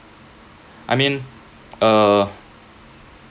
I mean uh